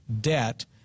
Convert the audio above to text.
debt